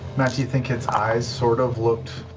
matt, do you think its eyes sort of looked